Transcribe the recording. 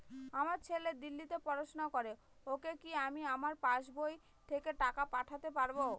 আমার ছেলে দিল্লীতে পড়াশোনা করে ওকে কি আমি আমার পাসবই থেকে টাকা পাঠাতে পারব?